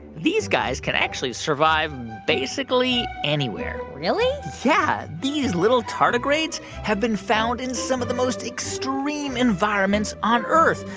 these guys can actually survive basically anywhere really? yeah, these little tardigrades have been found in some of the most extreme environments on earth,